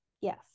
Yes